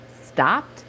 stopped